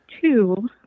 two